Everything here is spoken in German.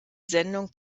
sendung